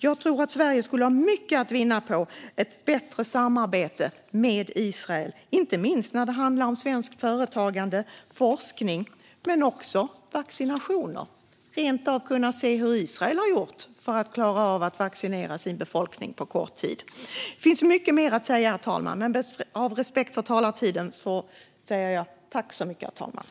Jag tror att Sverige skulle ha mycket att vinna på ett bättre samarbete med Israel. Det gäller inte minst när det handlar om svenskt företagande, forskning men också vaccinationer. Vi kan rentav se hur Israel har gjort för att klara av att vaccinera sin befolkning på kort tid. Herr talman! Det finns mycket mer att säga. Men av respekt för talartiden tackar jag så mycket för ordet.